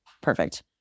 perfect